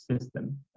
system